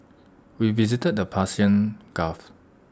we visited the Persian gulf